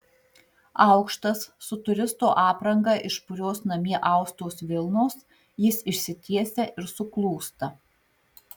aukštas su turisto apranga iš purios namie austos vilnos jis išsitiesia ir suklūsta